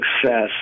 success